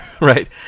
right